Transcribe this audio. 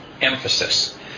emphasis